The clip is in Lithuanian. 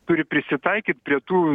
turi prisitaikyt prie tų